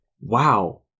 wow